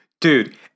Dude